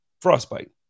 frostbite